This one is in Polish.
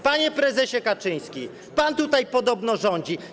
Panie prezesie Kaczyński, pan tutaj podobno rządzi.